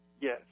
Yes